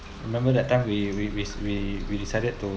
remember that time we we we we decided to